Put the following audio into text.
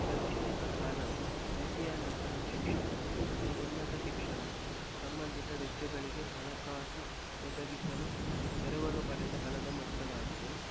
ಶೈಕ್ಷಣಿಕ ಸಾಲವು ದ್ವಿತೀಯ ನಂತರ ಶಿಕ್ಷಣ ಅತ ಉನ್ನತ ಶಿಕ್ಷಣ ಸಂಬಂಧಿತ ವೆಚ್ಚಗಳಿಗೆ ಹಣಕಾಸು ಒದಗಿಸಲು ಎರವಲು ಪಡೆದ ಹಣದ ಮೊತ್ತವಾಗಿದೆ